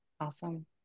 Awesome